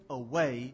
away